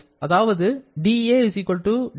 a u − Ts அதாவது da du - Tds − sdT